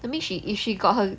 I mean if she if she got her